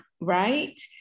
right